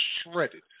shredded